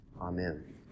Amen